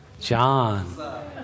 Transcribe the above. John